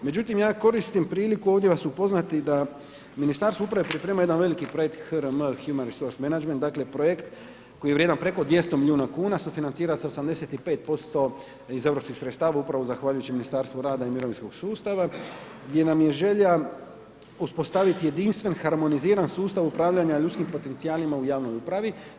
Međutim, ja koristim priliku ovdje vas upoznati da Ministarstvo uprave priprema jedan veliki projekt HRM Human Resources Management, dakle projekt koji je vrijedan preko 200 milijuna kuna sufinancira s 85% iz europskih sredstava upravo zahvaljujući Ministarstvu rada i mirovinskog sustava gdje nam je želja uspostaviti jedinstven, harmoniziran sustav upravljanja ljudskim potencijalima u javnoj upravi.